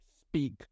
speak